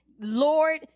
Lord